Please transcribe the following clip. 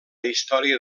història